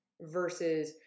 versus